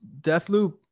Deathloop